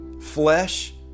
Flesh